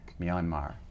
Myanmar